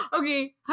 Okay